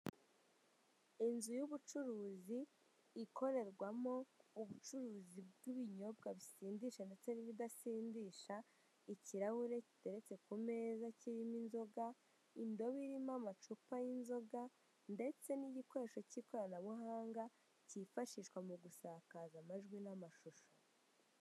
Inzu y'ubucuruzi ikorerwamo ubucuruzi bw'ibinyobwa bishimidisha ndetse n'ibidasindisha, ikirahure giteretse ku meza kirimo inzoga, indobo irimo amacupa y'inzoga ndetse n'igikoresho cy'ikoranabuhanga cyifashishwa mu gusakaza amajwi n'amashusho.